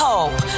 Hope